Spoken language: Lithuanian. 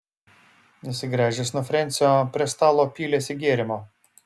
nusigręžęs nuo frensio prie stalo pylėsi gėrimo